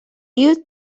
you